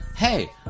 Hey